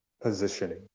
positioning